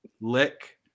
lick